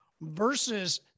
versus